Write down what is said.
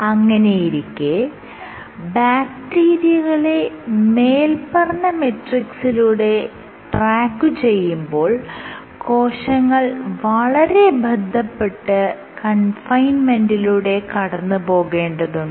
അങ്ങനെയിരിക്കെ ബാക്റ്റീരിയകളെ മേല്പറഞ്ഞ മെട്രിക്സിലൂടെ ട്രാക്കുചെയ്യുമ്പോൾ കോശങ്ങൾ വളരെ ബദ്ധപ്പെട്ട് കൺഫൈൻമെന്റിലൂടെ കടന്നുപോകേണ്ടതുണ്ട്